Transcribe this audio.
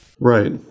Right